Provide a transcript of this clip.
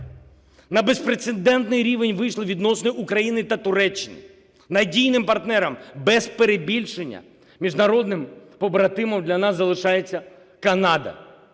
на безпрецедентний рівень вийшли відносини України та Туреччини, надійним партнером, без перебільшення, міжнародним побратимом для нас залишається Канада.